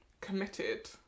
committed